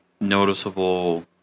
noticeable